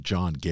John